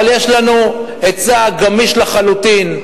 אבל יש לנו היצע גמיש לחלוטין.